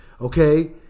Okay